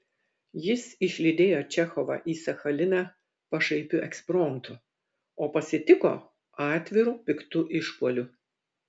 jis išlydėjo čechovą į sachaliną pašaipiu ekspromtu o pasitiko atviru piktu išpuoliu